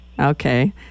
Okay